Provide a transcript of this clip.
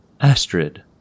Astrid